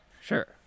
sure